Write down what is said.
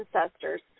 ancestors